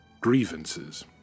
grievances